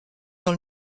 dans